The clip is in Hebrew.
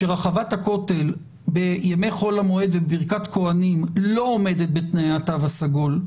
שרחבת הכותל בימי חול המועד ובברכת כוהנים לא עומדת בתנאי התו הסגול,